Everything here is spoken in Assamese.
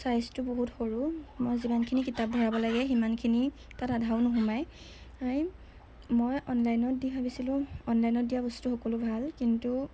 চাইজটো বহুত সৰু মই যিমানখিনি কিতাপ ভৰাব লাগে সিমানখিনি তাত আধাও নোসোমায় মই অনলাইনত দি ভাবিছিলোঁ অনলাইনত দিয়া বস্তু সকলো ভাল কিন্তু